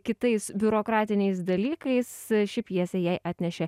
kitais biurokratiniais dalykais ši pjesė jai atnešė